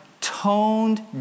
toned